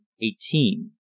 eighteen